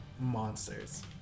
monsters